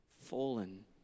fallen